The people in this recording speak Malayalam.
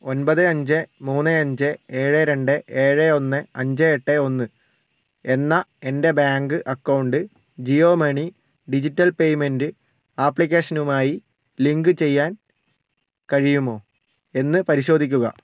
ഒൻപത് അഞ്ച് മൂന്ന് അഞ്ച് ഏഴ് രണ്ട് ഏഴ് ഒന്ന് അഞ്ച് എട്ട് ഒന്ന് എന്ന എൻ്റെ bank account Jio money digital payment ആപ്ലിക്കേഷനുമായി ലിങ്ക് ചെയ്യാൻ കഴിയുമോ എന്ന് പരിശോധിക്കുക